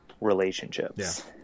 relationships